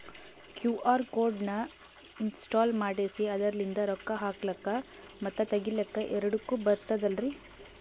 QR code ನ install ಮಾಡೆಸಿ ಅದರ್ಲಿಂದ ರೊಕ್ಕ ಹಾಕ್ಲಕ್ಕ ಮತ್ತ ತಗಿಲಕ ಎರಡುಕ್ಕು ಬರ್ತದಲ್ರಿ?